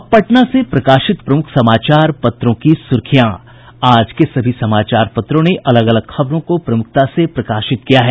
अब पटना से प्रकाशित प्रमुख समाचार पत्रों की सुर्खियां आज के सभी समाचार पत्रों ने अलग अलग खबरों को प्रमुखता से प्रकाशित किया है